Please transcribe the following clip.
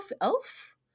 elf